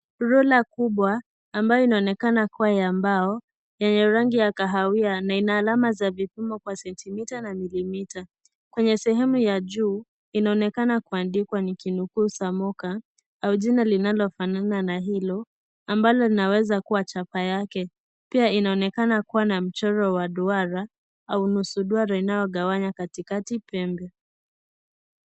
Duka kubwa ambayo inaonekana kuwa ya mbao yenye rangi ya kahawia na ina alama za vipimo kwa sentimita na milimita . Kwenye sehemu ya juu inaonekana kuandikwa nikinukuu za mboka au jina linalofanana na hilo ambalo linaezakuwa chapa yake, pia inaonekana kuwa na michoro wa duara au nusu duara inaogawanya katikati pembe.